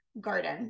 garden